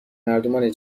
مردمان